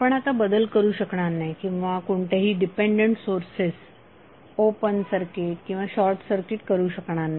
आपण आता बदल करू शकणार नाही किंवा कोणतेही डिपेंडंट सोर्सेस ओपन सर्किट किंवा शॉर्टसर्किट करू शकणार नाही